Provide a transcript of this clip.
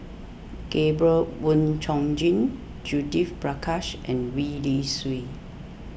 Gabriel Oon Chong Jin Judith Prakash and Gwee Li Sui